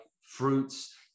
fruits